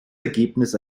ergebnis